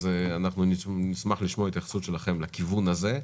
אז נשמח לשמוע התייחסות שלכם לכיוון הזה.